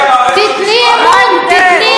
מה ההבדל?